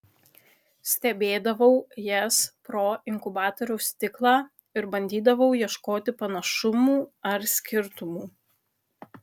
stebėdavau jas pro inkubatoriaus stiklą ir bandydavau ieškoti panašumų ar skirtumų